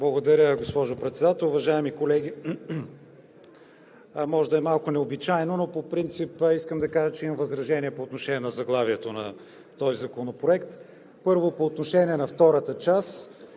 Благодаря, госпожо Председател Уважаеми колеги, може да е малко необичайно, но по принцип искам да кажа, че имам възражение по отношение на заглавието на този законопроект. Първо по отношение на втората част